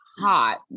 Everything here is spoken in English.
hot